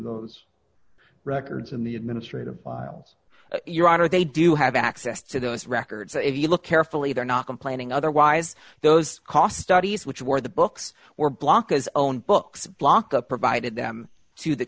those records in the administrative your honor they do have access to those records if you look carefully they're not complaining otherwise those cost studies which were the books were blocked his own books blocked up provided them to the